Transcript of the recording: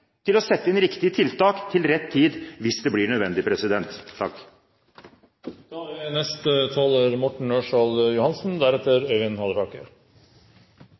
til å sette inn riktige tiltak til rett tid, hvis det blir nødvendig.